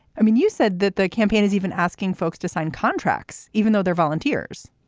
i mean, you said that the campaign is even asking folks to sign contracts, even though they're volunteers,